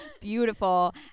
beautiful